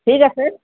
ঠিক আছে